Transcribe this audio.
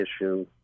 issue